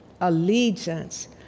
allegiance